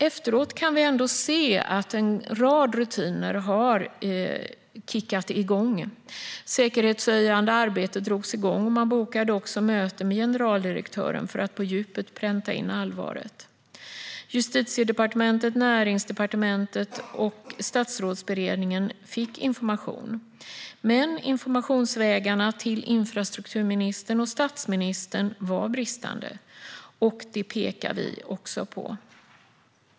Efteråt kan vi ändå se att en rad rutiner har kickat igång. Det säkerhetshöjande arbetet drogs igång. Man bokade också möte med generaldirektören för att på djupet pränta in allvaret. Justitiedepartementet, Näringsdepartementet och Statsrådsberedningen fick information. Men informationsvägarna till infrastrukturministern och statsministern var bristande. Det pekar vi också på.